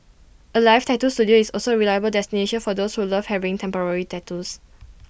alive tattoo Studio is also reliable destination for those who love having temporary tattoos